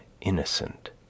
innocent